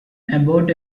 about